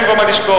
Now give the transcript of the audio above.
אין פה מה לשקול.